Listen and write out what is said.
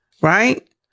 right